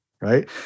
right